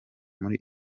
muri